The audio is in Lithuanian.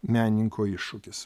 menininko iššūkis